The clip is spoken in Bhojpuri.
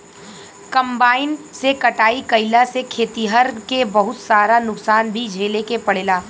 कंबाइन से कटाई कईला से खेतिहर के बहुत सारा नुकसान भी झेले के पड़ेला